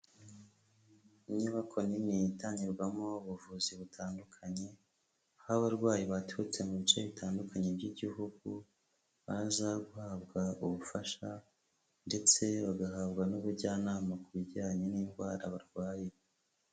Inyubako nini itangirwamo ubuvuzi butandukanye, aho abarwayi baturutse mu bice bitandukanye by'igihugu, baza guhabwa ubufasha ndetse bagahabwa n'ubujyanama ku bijyanye n'indwara barwaye.